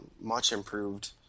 much-improved